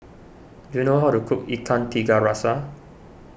do you know how to cook Ikan Tiga Rasa